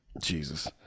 Jesus